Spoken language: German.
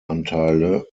anteile